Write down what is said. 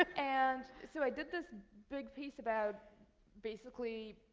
um and so i did this big piece about basically